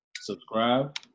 subscribe